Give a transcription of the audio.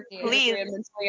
please